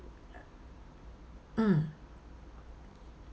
mm